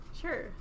Sure